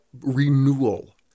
renewal